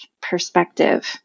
perspective